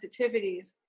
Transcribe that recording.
sensitivities